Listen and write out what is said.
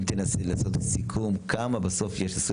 אם תנסי לעשות סיכום, כמה בסוף יש 2023?